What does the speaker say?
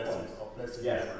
Yes